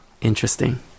Interesting